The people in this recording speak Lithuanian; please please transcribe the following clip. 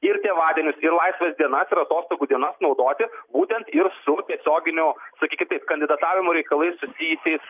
ir tėvadienius ir laisvas dienas ir atostogų dienas naudoti būtent ir su tiesioginiu sakykim taip kandidatavimo reikalais susijusiais